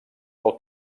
del